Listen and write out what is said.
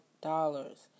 dollars